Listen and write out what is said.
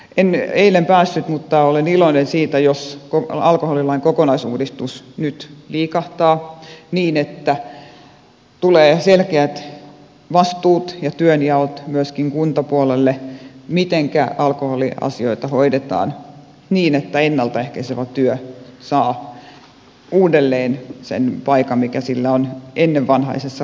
en eilen päässyt siihen mutta olen iloinen siitä jos alkoholilain kokonaisuudistus nyt liikahtaa niin että tulee selkeät vastuut ja työnjaot myöskin kuntapuolelle mitenkä alkoholiasioita hoidetaan niin että ennalta ehkäisevä työ saa uudelleen sen paikan mikä sillä on ennenvanhaisessa raittiustyölaissa ollut